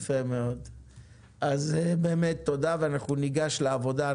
אז, תודה, וניגש לעבודה.